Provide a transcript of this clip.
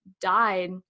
died